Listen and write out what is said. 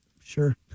Sure